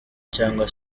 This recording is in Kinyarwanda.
cyangwa